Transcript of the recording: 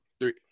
three